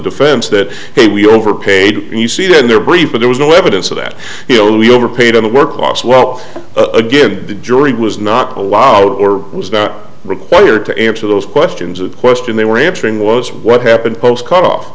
defense that he we overpaid and you see that in their brief but there was no evidence of that he only overpaid and worked off well again the jury was not allowed or was not required to answer those questions that question they were answering was what happened post cut off